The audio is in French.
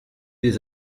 des